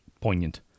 poignant